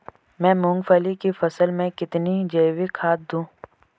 मैं मूंगफली की फसल में कितनी जैविक खाद दूं?